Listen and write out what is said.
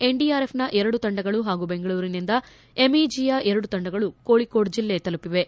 ಎನ್ಡಿಆರ್ಎಫ್ನ ಎರಡು ತಂಡಗಳು ಹಾಗೂ ಬೆಂಗಳೂರಿನಿಂದ ಎಂಇಜಿಯ ಎರಡು ತಂಡಗಳು ಕೋಳಿಕೊಡ್ ಜಿಲ್ಲೆ ತಲುಪಿವೆ